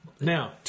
now